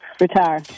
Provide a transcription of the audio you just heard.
Retire